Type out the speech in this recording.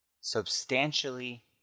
substantially